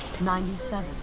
ninety-seven